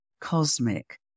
cosmic